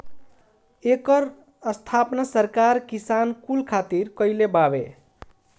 एकर स्थापना सरकार किसान कुल खातिर कईले बावे